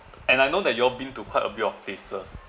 and I know that you all been to quite a bit of places